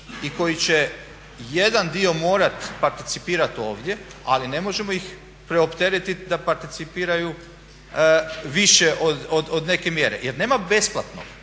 i koji će jedan dio morati participirati ovdje ali ne možemo ih preopteretiti da participiraju više od neke mjere jer nema besplatnog.